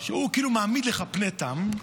שהוא כאילו מעמיד לך פני תם,